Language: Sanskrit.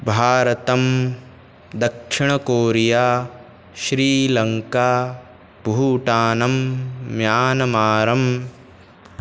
भारतं दक्षिणकोरिया श्रीलङ्का भूटानं म्यान्मारं